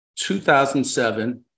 2007